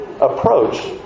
approach